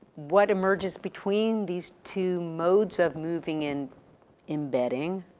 what emerges between these two modes of moving and embedding.